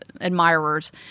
admirers